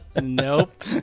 nope